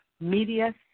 media